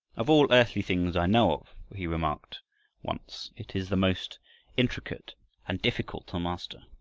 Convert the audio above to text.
of all earthly things i know of, he remarked once, it is the most intricate and difficult to master.